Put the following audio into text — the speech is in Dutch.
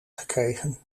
gekregen